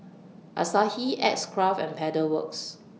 Asahi X Craft and Pedal Works